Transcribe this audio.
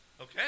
Okay